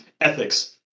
ethics